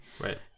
Right